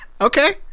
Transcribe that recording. okay